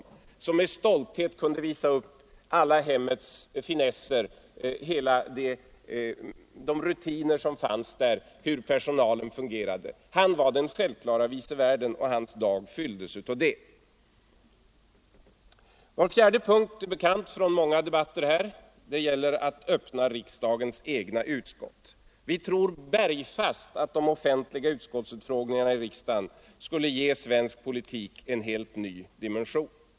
Han visade med stolthet upp alla hemmets finesser och berättade om rutinerna och hur personalen fungerade. Han var den självklare vice värden, och hans dag fylldes av det. En fjärde punkt, bekant från många debatter, är att öppna riksdagens egna utskott. Vi tror bergfast på att de offentliga utfrågningarna i riksdagen skulle ge svensk politik en helt ny dimension.